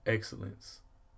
Excellence